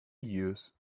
use